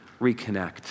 reconnect